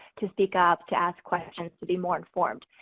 to speak up, to ask questions, to be more informed.